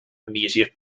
immediate